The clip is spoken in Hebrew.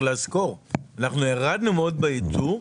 אנחנו ירדנו מאוד בייצוא,